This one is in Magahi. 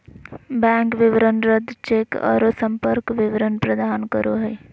बैंक विवरण रद्द चेक औरो संपर्क विवरण प्रदान करो हइ